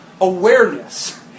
Awareness